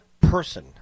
person